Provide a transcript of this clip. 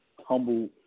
humble